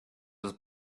was